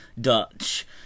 Dutch